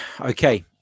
okay